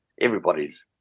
Everybody's